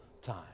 time